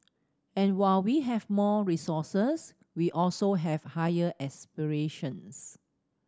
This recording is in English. and while we have more resources we also have higher aspirations